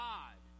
God